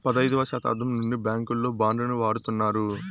పదైదవ శతాబ్దం నుండి బ్యాంకుల్లో బాండ్ ను వాడుతున్నారు